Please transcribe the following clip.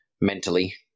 mentally